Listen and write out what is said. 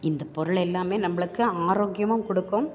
இந்த பொருளெல்லாம் நம்மளுக்கு ஆரோக்கியமும் கொடுக்கும்